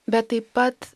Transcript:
bet taip pat